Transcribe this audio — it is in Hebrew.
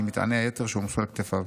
ממטעני היתר שהועמסו על כתפיו.